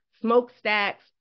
smokestacks